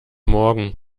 morgen